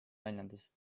väljendas